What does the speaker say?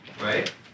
right